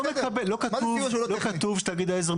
לא חמש כפי שהוצע תחילה.